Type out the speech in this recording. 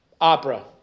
opera